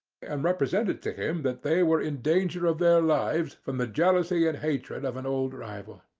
and represented to him that they were in danger of their lives from the jealousy and hatred of an old rival.